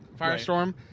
Firestorm